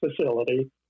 facility